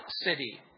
city